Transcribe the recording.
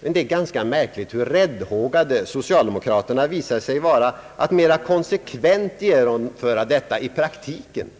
Det är ganska märkligt hur räddhågade socialdemokraterna visar sig vara att mera konsekvent genomföra detta i praktiken.